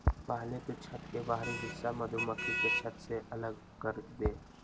पहले तु छत्त के बाहरी हिस्सा मधुमक्खी के छत्त से अलग करदे